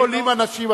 אם עולים אנשים,